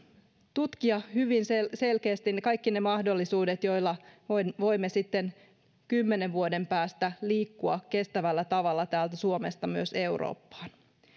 tutkia hyvin selkeästi kaikki ne mahdollisuudet joilla voimme voimme sitten kymmenen vuoden päästä liikkua kestävällä tavalla täältä suomesta myös eurooppaan